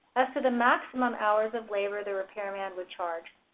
as to the maximum hours of labor the repairman would charge.